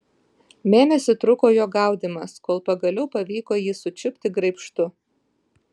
mėnesį truko jo gaudymas kol pagaliau pavyko jį sučiupti graibštu